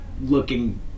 looking